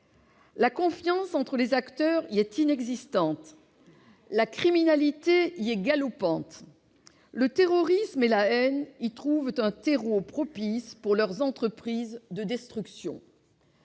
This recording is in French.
La confiance entre les acteurs y est inexistante. La criminalité y est galopante. Le terrorisme et la haine y trouvent un terreau propice aux entreprises de destruction